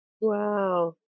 Wow